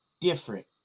different